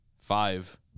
Five